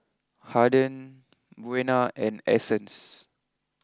Haden Buena and Essence